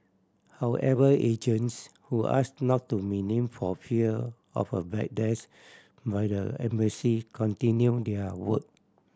however agents who ask not to name for fear of a backlash by the embassy continue their work